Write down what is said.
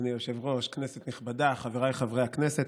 אדוני היושב-ראש, כנסת נכבדה, חבריי חברי הכנסת,